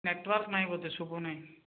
network ନାହିଁ ବୋଧେ ଶୁଭୁନାହିଁ